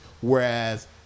whereas –